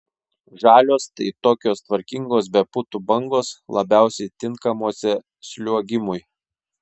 žalios tai tokios tvarkingos be putų bangos labiausiai tinkamuose sliuogimui